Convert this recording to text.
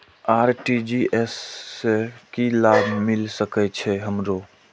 RTGS से की लाभ मिल सके छे हमरो?